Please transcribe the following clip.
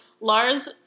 Lars